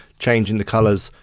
changing the colours,